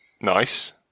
Nice